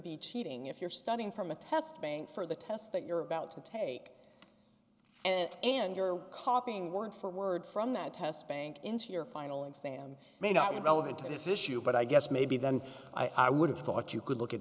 be cheating if you're studying from a test bank for the test that you're about to take and and your copying word for word from that test bank into your final exam may not be relevant to this issue but i guess maybe then i would have thought you could look at